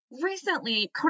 recently